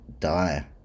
die